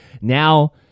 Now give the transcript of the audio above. Now